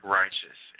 righteous